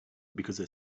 because